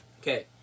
Okay